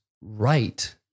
right